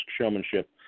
showmanship